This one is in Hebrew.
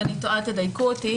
אם אני טועה, תדייקו אותי.